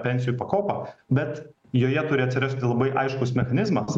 pensijų pakopa bet joje turi atsirasti labai aiškus mechanizmas